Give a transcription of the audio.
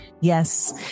Yes